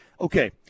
Okay